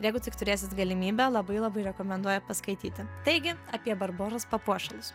jeigu tik turėsit galimybę labai labai rekomenduoju paskaityti taigi apie barboros papuošalus